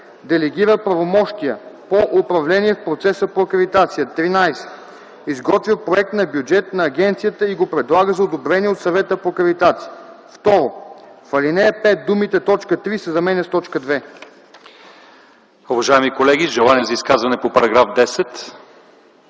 делегира правомощия по управление в процеса по акредитация; 13. изготвя проект на бюджет на агенцията и го предлага за одобрение от Съвета по акредитация.” 2. В ал. 5 думите „т. 3” се заменят с „т.